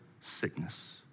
sickness